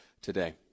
today